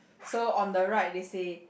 so on the right they say